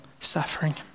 suffering